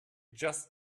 just